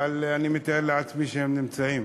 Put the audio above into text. אבל אני מתאר לעצמי שהם נמצאים.